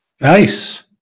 Nice